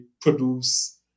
produce